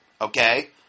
Okay